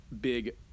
big